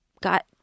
got